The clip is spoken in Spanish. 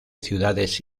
ciudades